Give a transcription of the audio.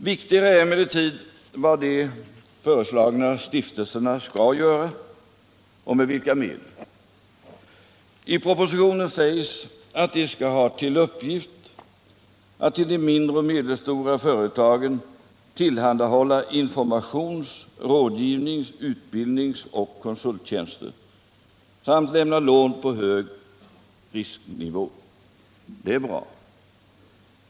Viktigare är emellertid vad de föreslagna stiftelserna skall göra och med vilka medel. I propositionen sägs att de skall ha till uppgift att till de mindre och medelstora företagen tillhandahålla informations-, rådgivnings-, utbildningsoch konsulttjänster samt lämna lån på hög risknivå. Det är bra.